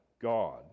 God